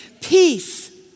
peace